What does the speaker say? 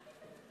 יעקב ליצמן,